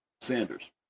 Sanders